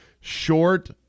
short